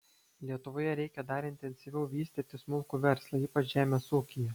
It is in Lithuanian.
lietuvoje reikia dar intensyviau vystyti smulkų verslą ypač žemės ūkyje